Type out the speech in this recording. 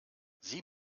sie